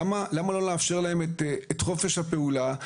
למה לא לאפשר להם את חופש הפעולה?